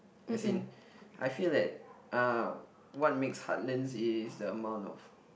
as in I feel that uh what makes heartland is the amount of